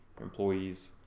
employees